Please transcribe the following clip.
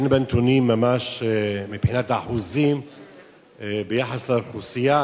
אין בנתונים ממש מבחינת האחוזים ביחס לאוכלוסייה.